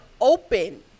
open